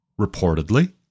reportedly